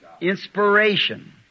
inspiration